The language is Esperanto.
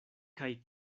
kaj